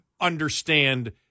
understand